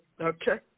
Okay